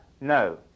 No